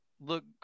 look –